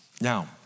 Now